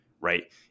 Right